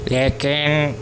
لیکن